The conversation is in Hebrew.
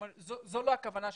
זו לא הכוונה שלנו,